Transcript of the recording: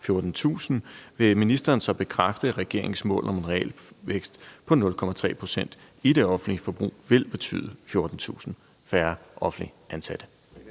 14.000, vil ministeren så bekræfte, at regeringens mål om en realvækst på 0,3 pct. i det offentlige forbrug vil betyde 14.000 færre offentligt ansatte?